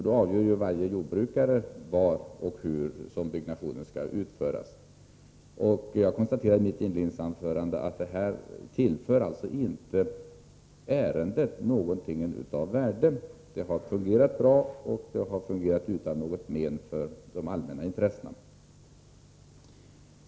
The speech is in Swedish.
Då får varje jordbrukare avgöra var och hur byggnationen skall utföras. Jag konstaterade redan i mitt inledningsanförande att den här bestämmelsen inte tillför ärendet något av värde. Det hela har hittills fungerat bra och utan men för de allmänna intressena.